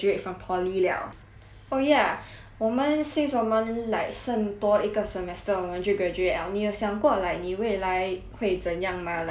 oh ya 我们 since 我们 like 剩多一个 semester 我们就 graduate liao 你有想过 like 你未来会怎样吗 like 你打算继续 pursuit